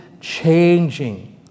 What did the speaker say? changing